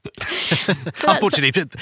Unfortunately